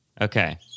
Okay